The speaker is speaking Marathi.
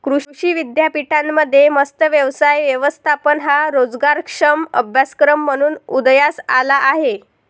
कृषी विद्यापीठांमध्ये मत्स्य व्यवसाय व्यवस्थापन हा रोजगारक्षम अभ्यासक्रम म्हणून उदयास आला आहे